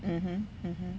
mm mm mm mm